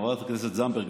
חברת הכנסת זנדברג.